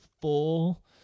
full